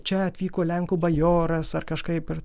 čia atvyko lenkų bajoras ar kažkaip ir